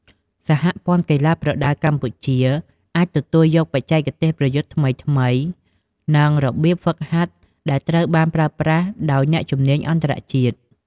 សហព័ន្ធកីឡាប្រដាល់កម្ពុជា អាចទទួលយកបច្ចេកទេសប្រយុទ្ធថ្មីៗ និងរបៀបហ្វឹកហាត់ដែលត្រូវបានប្រើប្រាស់ដោយអ្នកជំនាញអន្តរជាតិ។